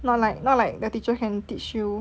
not like not like the teacher can teach you